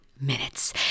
minutes